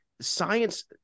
science